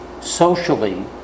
socially